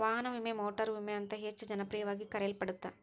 ವಾಹನ ವಿಮೆ ಮೋಟಾರು ವಿಮೆ ಅಂತ ಹೆಚ್ಚ ಜನಪ್ರಿಯವಾಗಿ ಕರೆಯಲ್ಪಡತ್ತ